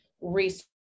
research